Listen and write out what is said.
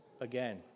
again